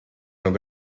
los